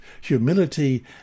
humility